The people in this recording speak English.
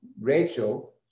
Rachel